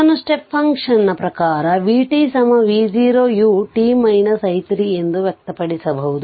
ಇದನ್ನು ಸ್ಟೆಪ್ ಫಂಕ್ಷನ್ನ ಪ್ರಕಾರ vt v0 uಎಂದು ವ್ಯಕ್ತಪಡಿಸಬಹುದು